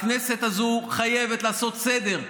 הכנסת הזו חייבת לעשות סדר,